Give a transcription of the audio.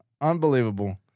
Unbelievable